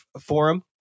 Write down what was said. forum